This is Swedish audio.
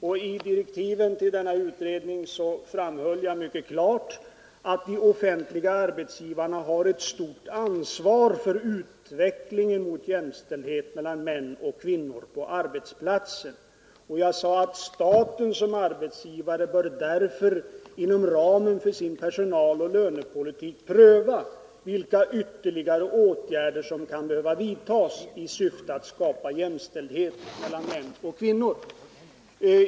I direktiven till den utredningen framhöll jag mycket klart att de offentliga arbetsgivarna har ett stort ansvar för utvecklingen till jämställdhet mellan män och kvinnor på arbetsplatsen. Och jag sade att staten som arbetsgivare inom ramen för sin personaloch lönepolitik bör pröva vilka ytterligare åtgärder som kan behöva vidtas i syfte att skapa jämställdhet mellan män och kvinnor.